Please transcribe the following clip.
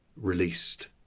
released